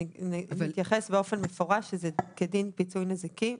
שאומרת באופן מפורש שזה כדין פיצוי נזיקי.